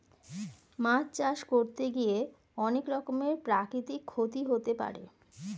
মাছ চাষ করতে গিয়ে অনেক রকমের প্রাকৃতিক ক্ষতি হতে পারে